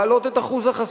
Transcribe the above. להעלות את החסימה,